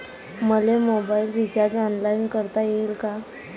मले mobile recharge online करता येईन का?